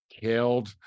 killed